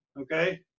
okay